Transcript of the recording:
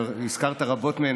והזכרת רבות מהן,